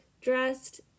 dressed